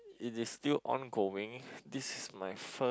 it is still ongoing this is my first